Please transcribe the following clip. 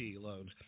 loans